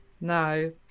no